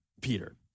Peter